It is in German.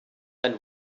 ein